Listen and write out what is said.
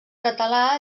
català